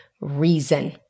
reason